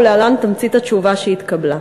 ולהלן תמצית התשובה שהתקבלה: